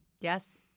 Yes